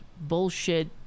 bullshit